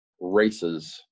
races